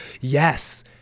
Yes